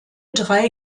drei